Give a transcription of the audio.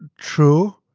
and true,